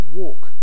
walk